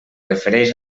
refereix